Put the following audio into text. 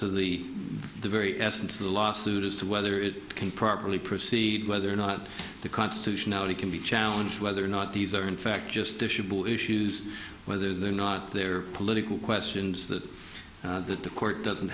to the the very essence of the lawsuit as to whether it can properly proceed whether or not the constitutionality can be challenged whether or not these are in fact just issued ball issues whether they're not their political questions that that the court doesn't